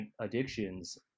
addictions